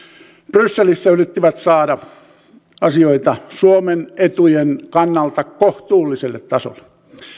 brysselissä yrittivät saada asioita suomen etujen kannalta kohtuulliselle tasolle